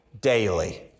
daily